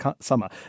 summer